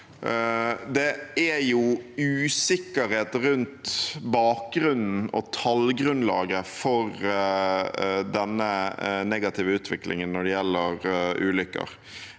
Det er usikkerhet rundt bakgrunnen og tallgrunnlaget for denne negative utviklingen når det gjelder ulykker,